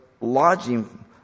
lodging